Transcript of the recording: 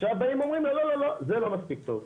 עכשיו באים ואומרים לה 'לא, לא, זה לא מספיק טוב'.